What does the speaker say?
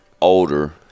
older